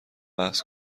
بحث